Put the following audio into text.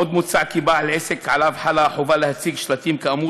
עוד מוצע כי בעל עסק שחלה עליו החובה להציג שלטים כאמור